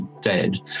dead